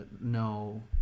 no